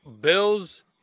Bills